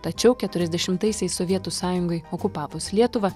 tačiau keturiasdešimtaisiais sovietų sąjungai okupavus lietuvą